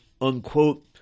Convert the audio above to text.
unquote